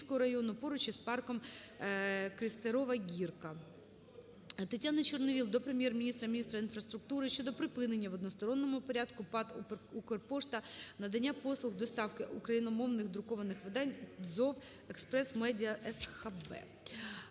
ТетяниЧорновол до Прем'єр-міністра, міністра інфраструктури щодо припинення в односторонньому порядку ПАТ "Укрпошта" надання послуг доставки україномовних друкованих видань ТзОВ "Експрес Медіа сХаб".